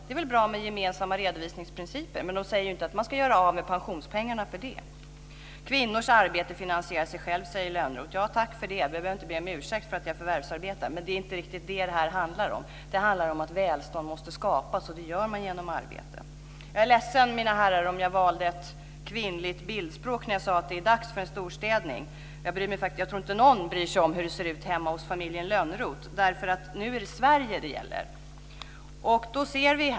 Det är väl bra med gemensamma redovisningsprinciper, men de innebär inte att man ska göra av med pensionspengarna. Kvinnors arbete finansierar sig självt, säger Lönnroth. Ja, tack för det! Då behöver jag inte be om ursäkt för att jag förvärvsarbetar, men det är inte riktigt det som det här handlar om. Det handlar om att välstånd måste skapas, och det sker genom arbete. Jag är ledsen, mina herrar, om jag valde kvinnligt bildspråk när jag sade att det är dags för en storstädning. Jag tror inte att någon bryr sig om hur det ser ut hemma hos familjen Lönnroth, för nu är det Sverige som det gäller.